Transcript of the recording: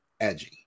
edgy